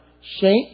shape